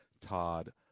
Todd